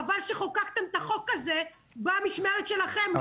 חבל שחוקקתם את החוק הזה במשמרת שלכם ולא דאגתם לזה.